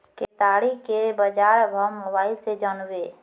केताड़ी के बाजार भाव मोबाइल से जानवे?